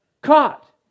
caught